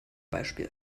beispiel